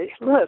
look